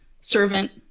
servant